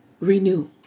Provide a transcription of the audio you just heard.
Renew